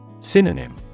Synonym